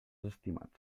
estimat